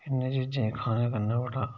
इनें चीज़ें गी खाने कन्नै बड़ा